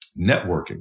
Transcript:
networking